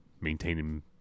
maintaining